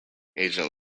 agent